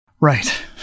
Right